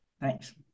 Thanks